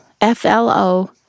F-L-O